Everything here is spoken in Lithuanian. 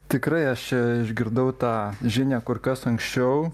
tikrai aš ją išgirdau tą žinią kur kas anksčiau